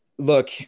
Look